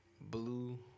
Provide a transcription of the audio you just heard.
Blue